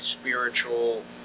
spiritual